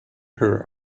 her